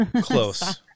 Close